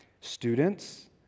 students